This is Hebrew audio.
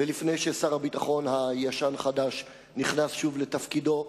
ולפני ששר הביטחון הישן-חדש נכנס שוב לתפקידו,